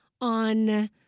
on